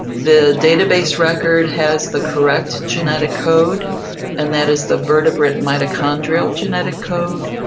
the data base record has the correct genetic code and that is the vertebrate mitochondrial genetic code,